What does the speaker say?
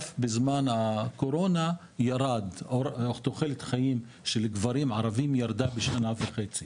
אף בזמן הקורונה תוחלת החיים של גברים ערבים ירדה בשנה וחצי,